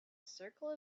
circle